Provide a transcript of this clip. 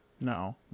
No